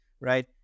right